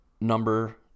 number